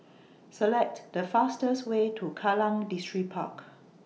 Select The fastest Way to Kallang Distripark